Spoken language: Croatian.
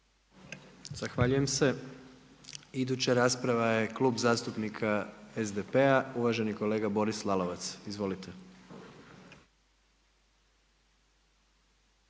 Zahvaljujem se. Iduća rasprava je Klub zastupnika SDP-a, uvaženi kolega Boris Lalovac. Izvolite.